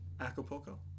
Acapulco